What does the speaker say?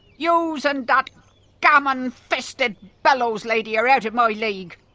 you know so and dat gammon-fisted bellows lady are out of my league!